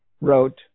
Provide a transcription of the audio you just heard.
wrote